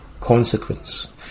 consequence